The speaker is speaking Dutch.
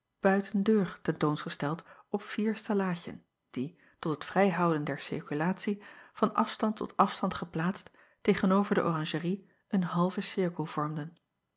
buiten deur ten toon gesteld op vier stellaadjen die tot het vrijhouden der cirkulatie van afstand tot afstand geplaatst tegen-over de oranjerie een halven cirkel vormden